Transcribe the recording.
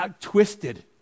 twisted